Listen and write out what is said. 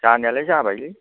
जानायालाय जाबायलै